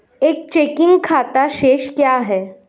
एक चेकिंग खाता शेष क्या है?